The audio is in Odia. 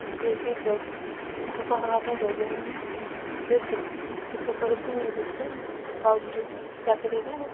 ଯିଏକି ଶିକ୍ଷକ ହେବା ପାଇଁ ଯୋଗ୍ୟ ନୁହେଁ ସେ ଶିକ୍ଷକ ରୂପେ ନିଯୁକ୍ତି ପାଉଛି ଚାକିରିରେ